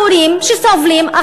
ההורים שסובלים,